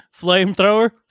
flamethrower